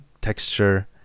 texture